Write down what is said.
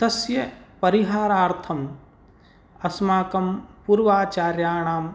तस्य परिहारार्थम् अस्माकं पूर्वाचार्याणाम्